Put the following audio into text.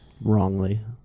Wrongly